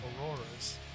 auroras